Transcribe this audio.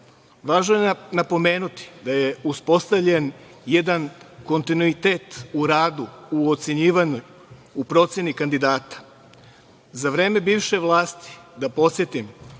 Važno je napomenuti da je uspostavljen jedan kontinuitet u radu, u ocenjivanju, u proceni kandidata.Za vreme bivše vlasti, da podsetim,